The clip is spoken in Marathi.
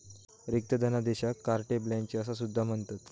रिक्त धनादेशाक कार्टे ब्लँचे असा सुद्धा म्हणतत